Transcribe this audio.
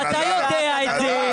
ואתה יודע את זה,